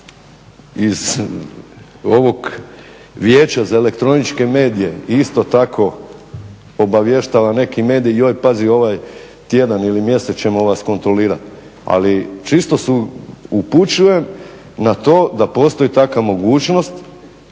iz ovog Vijeća za elektroničke medije isto tako obavještava neki medij, joj pazi ovaj tjedan ili mjesec ćemo vas kontrolirati, ali čisto su, upućujem na to da postoji takva mogućnost